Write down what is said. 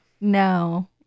No